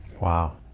wow